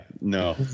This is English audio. no